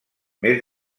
mes